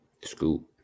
Scoop